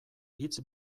hitz